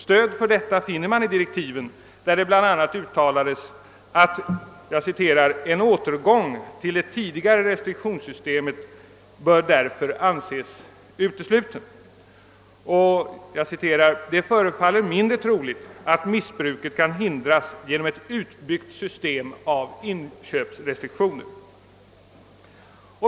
Stöd för detta finner man i direktiven, där det bl.a. uttalades: »En återgång till det tidigare restriktionssystemet bör därför anses utesluten.» I direktiven uttalades vidare, att det föreföll mindre troligt att missbruket kunde hindras genom ett utbyggt system av inköpsrestriktioner.